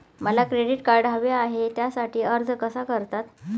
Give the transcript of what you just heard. मला credit card हवे आहे त्यासाठी अर्ज कसा करतात?